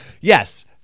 Yes